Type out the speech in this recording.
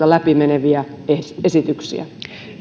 läpi meneviä esityksiä